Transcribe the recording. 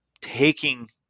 taking